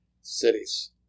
cities